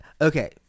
Okay